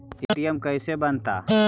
ATM कैसे बनता?